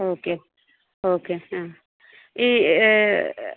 okay okay ആ ഈ